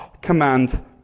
command